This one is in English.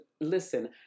listen